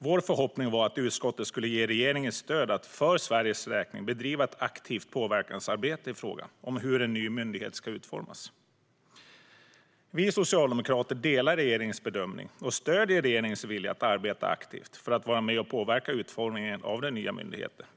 Vår förhoppning var att utskottet skulle ge regeringen stöd att för Sveriges räkning bedriva ett aktivt påverkansarbete i frågan om hur en ny myndighet ska utformas. Vi socialdemokrater delar regeringens bedömning och stöder regeringens vilja att arbeta aktivt för att vara med och påverka utformningen av den nya myndigheten.